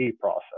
process